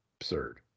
Absurd